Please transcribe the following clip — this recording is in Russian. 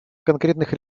конкретных